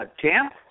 Champ